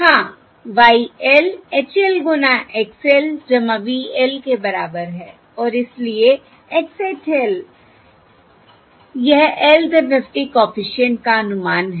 हाँ Y l H l गुना X l V l के बराबर है और इसलिए X hat l यह lth FFT कॉफिशिएंट का अनुमान है